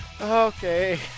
Okay